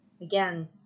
Again